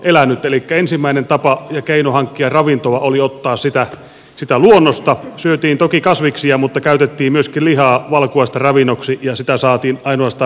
eli ensimmäinen tapa ja keino hankkia ravintoa oli ottaa sitä luonnosta syötiin toki kasviksia mutta käytettiin myöskin lihaa valkuaista ravinnoksi ja sitä saatiin ainoastaan metsästämällä